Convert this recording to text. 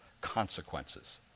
consequences